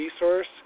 resource